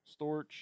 storch